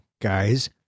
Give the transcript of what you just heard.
guys